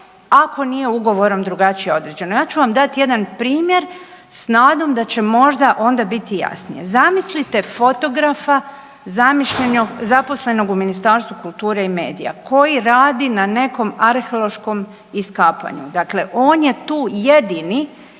ako nije ugovorom drugačije određeno. Ja ću vam dati jedan primjer s nadom da će možda onda biti jasnije. Zamislite fotografa zaposlenog u Ministarstvu kulture i medija koji radi na nekom arheološkom iskapanju. Dakle, on je tu jedini